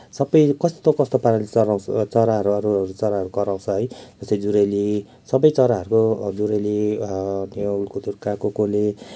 सबै कस्तो कस्तो पाराले चराहरू अरूहरू चराहरू कराउँछ है जस्तै जुरेली सबै चराहरूको जुरेली नेहुली कुतुर्का कोकले